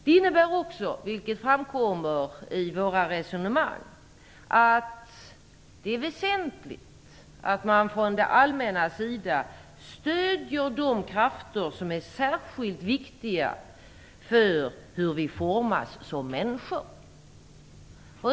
Det innebär också, vilket framkommer i våra resonemang, att det är väsentligt att det allmänna stöder de krafter som är särskilt viktiga för hur vi formas som människor.